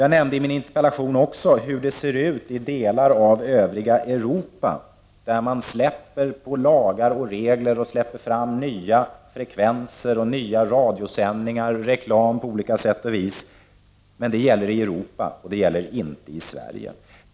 Jag har också i min interpellation talat om hur det ser ut i delar av övriga Europa, där man lättar på lagar och regler och där man släpper fram nya frekvenser och radiosändningar samt också olika sorters reklam. Men det gäller Europa, inte Sverige.